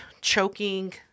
choking